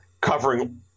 covering